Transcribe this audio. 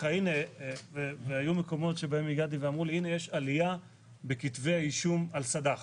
היו מקומות שהגעתי אליהם ואמרו לי: יש עלייה בכתבי האישום על סד"ח.